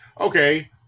okay